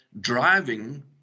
driving